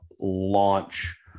launch